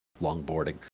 longboarding